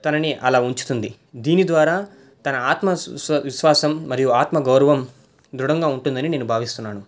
తనని అలా ఉంచుతుంది దీని ద్వారా తన ఆత్మ విశ్వాసం మరియు ఆత్మగౌరవం దృఢంగా ఉంటుందని నేను భావిస్తున్నాను